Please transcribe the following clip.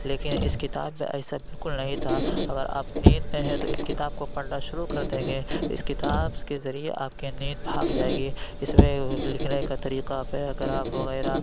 لیکن اِس کتاب میں ایسا بالکل نہیں تھا اگر آپ نیند میں ہیں تو اِس کتاب کو پڑھنا شروع کر دیں گے تو اِس کتاب کے ذریعے آپ کی نیند بھاگ جائے گی اِس میں لکھنے کا طریقہ پیرا گراف وغیرہ